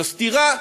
זו סתירה.